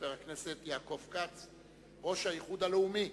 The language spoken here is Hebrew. חבר הכנסת יעקב כץ, ראש האיחוד הלאומי.